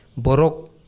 borok